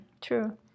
True